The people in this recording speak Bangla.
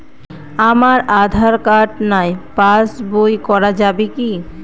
আমার আঁধার কার্ড নাই পাস বই করা যাবে কি?